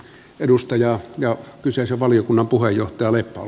edustaja jo kyseisen valiokunnan puheenjohtajalle on